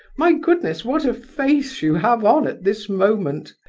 my goodness, what a face you have on at this moment!